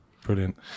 Brilliant